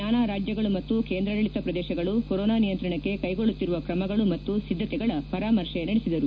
ನಾನಾ ರಾಜ್ಯಗಳು ಮತ್ತು ಕೇಂದ್ರಾಡಳಿತ ಪ್ರದೇಶಗಳು ಕೊರೋನಾ ನಿಯಂತ್ರಣಕ್ಕೆ ಕೈಗೊಳ್ಳುತ್ತಿರುವ ಕ್ರಮಗಳು ಮತ್ತು ಸಿದ್ದತೆಗಳ ಪರಾಮರ್ಶೆ ನಡೆಸಿದರು